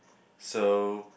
so